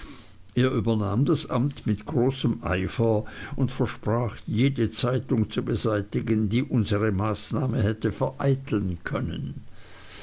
er übernahm das amt mit großem eifer und versprach jede zeitung zu beseitigen die unsere maßnahme hätte vereiteln können